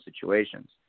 situations